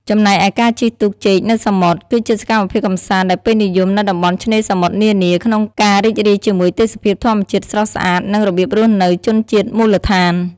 ចំណែកឯការជិះទូកចេកនៅសមុទ្រ គឺជាសកម្មភាពកម្សាន្តដែលពេញនិយមនៅតំបន់ឆ្នេរសមុទ្រនានា ក្នុងការរីករាយជាមួយទេសភាពធម្មជាតិស្រស់ស្អាត និង របៀបរស់នៅជនជាតិមូលដ្ឋាន។